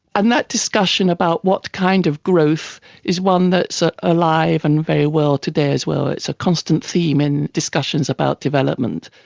and that discussion about what kind of growth is one that is so alive and very well today as well, it's a constant theme in discussions about development.